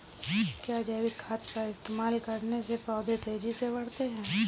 क्या जैविक खाद का इस्तेमाल करने से पौधे तेजी से बढ़ते हैं?